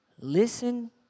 Listen